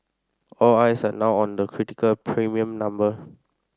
all eyes are now on the critical premium number